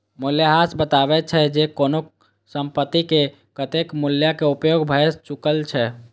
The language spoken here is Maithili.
मूल्यह्रास बतबै छै, जे कोनो संपत्तिक कतेक मूल्यक उपयोग भए चुकल छै